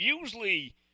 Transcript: usually